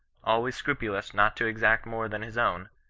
always scrupulous not to exact more than his own,